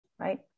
right